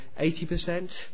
80%